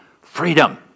freedom